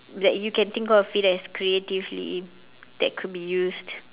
that you can think of it as creatively in that could be used